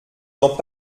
dans